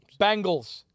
Bengals